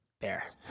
bear